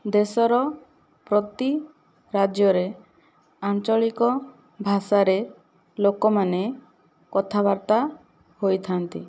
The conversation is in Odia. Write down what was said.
ଦେଶର ପ୍ରତି ରାଜ୍ୟରେ ଆଞ୍ଚଳିକ ଭାଷାରେ ଲୋକମାନେ କଥାବାର୍ତ୍ତା ହୋଇଥାନ୍ତି